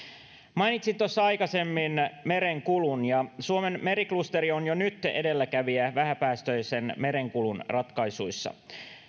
mainitsin tuossa aikaisemmin merenkulun ja suomen meriklusteri on jo nyt edelläkävijä vähäpäästöisen merenkulun ratkaisuissa